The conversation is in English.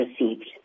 received